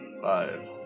five